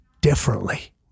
differently